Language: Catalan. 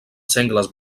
sengles